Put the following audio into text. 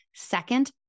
Second